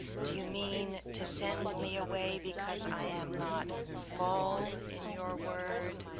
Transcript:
do you mean to send me away because i am not full in your word,